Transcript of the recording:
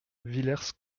villers